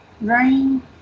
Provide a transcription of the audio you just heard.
rain